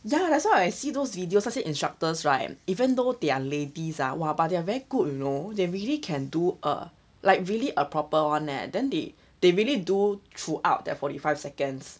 ya that's why I see those videos 那些 instructors right even though their ladies ah !wah! but they're very good you know they really can do err like really a proper one leh then they they really do throughout their forty five seconds